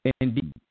Indeed